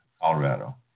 Colorado